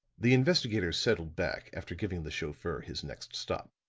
the investigator settled back after giving the chauffeur his next stop.